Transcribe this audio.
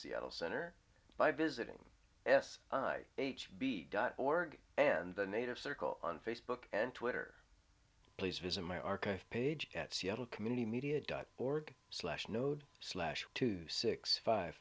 seattle center by visiting s h b dot org and the native circle on facebook and twitter please visit my archive page at seattle community media dot org slash node slash two six five